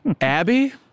Abby